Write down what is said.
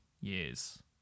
years